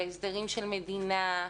בהסדרים של מדינה,